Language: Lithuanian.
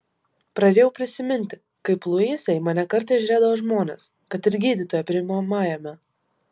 pradėjau prisiminti kaip luise į mane kartais žiūrėdavo žmonės kad ir gydytojo priimamajame